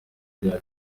rya